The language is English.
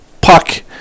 puck